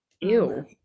Ew